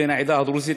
בן העדה הדרוזית,